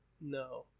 No